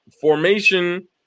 Formation